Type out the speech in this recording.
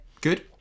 Good